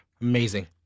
Amazing